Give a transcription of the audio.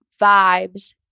vibes